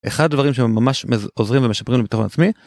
אחד הדברים שממש עוזרים ומשפרים ביטחון עצמי.